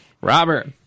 Robert